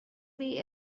way